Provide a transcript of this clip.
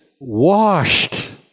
washed